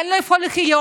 אין לו איפה לחיות,